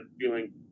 feeling